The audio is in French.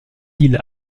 îles